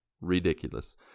Ridiculous